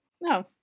No